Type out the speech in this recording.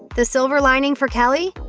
the silver lining for kelly?